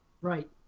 Right